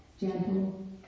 gentle